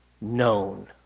known